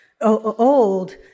old